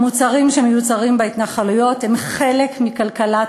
המוצרים שמיוצרים בהתנחלויות הם חלק מכלכלת